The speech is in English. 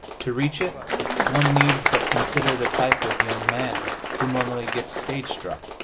to reach it one needs but consider the type of young man who normally gets stage-struck.